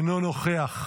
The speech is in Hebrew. אינו נוכח.